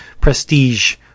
prestige